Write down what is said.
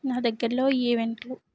నా దగ్గరలో ఈవెంట్లు